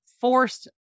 forced